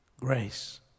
Grace